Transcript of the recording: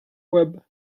webb